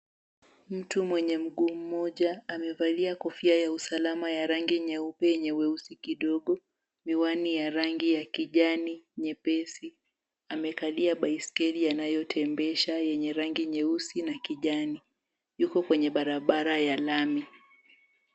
Mtu mwenye mguu mmoja amevalia kofia ya usalama ya rangi nyeupe yenye weusi kidogo, miwani ya rangi ya kijani nyepesi. Amekadia baiskeli anayotembesha yenye rangi nyeusi na kijani. Yuko kwenye barabara ya lami.